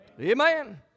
Amen